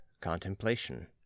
contemplation